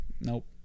Nope